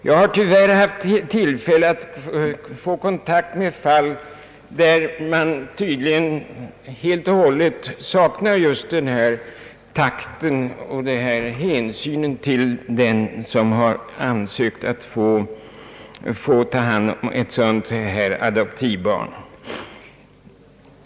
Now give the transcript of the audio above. Jag har tyvärr haft tillfälle att få kontakt med fall där man tydligen helt och hållet saknat just denna takt och denna hänsyn till den som begärt att få ta hand om ett adoptivbarn.